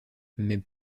mais